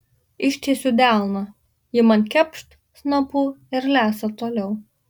ištiesiu delną ji man kepšt snapu ir lesa toliau